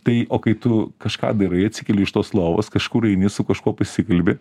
tai o kai tu kažką darai atsikeli iš tos lovos kažkur eini su kažkuo pasikalbi